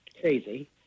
crazy